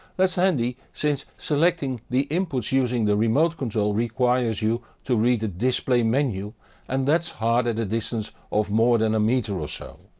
handy since selecting the inputs using the remote control requires you to read the display menu and that's hard at a distance of more than a meter or so.